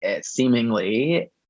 seemingly